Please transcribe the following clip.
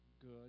good